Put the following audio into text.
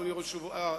אדוני ראש הממשלה,